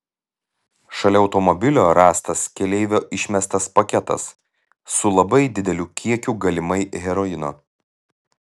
šalia automobilio rastas keleivio išmestas paketas su labai dideliu kiekiu galimai heroino